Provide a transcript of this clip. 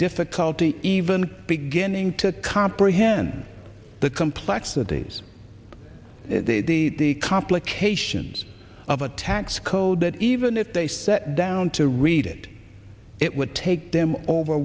difficulty even beginning to comprehend the complexities and the complications of a tax code that even if they sat down to read it it would take them over